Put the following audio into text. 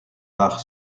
bach